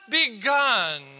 begun